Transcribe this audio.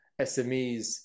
SMEs